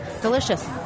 delicious